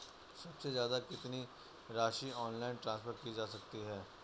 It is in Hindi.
सबसे ज़्यादा कितनी राशि ऑनलाइन ट्रांसफर की जा सकती है?